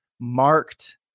marked